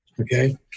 okay